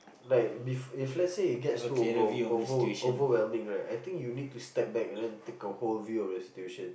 like bef~ if let's say it gets too over over overwhelming right I think you need to step back and take a whole view of your situation